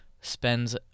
spends